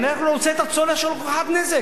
אנחנו רוצים להוציא את הצורך של הוכחת נזק,